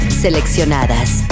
Seleccionadas